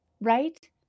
right